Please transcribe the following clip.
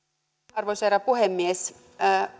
arvoisa herra puhemies